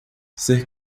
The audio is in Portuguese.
ser